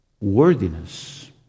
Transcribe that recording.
worthiness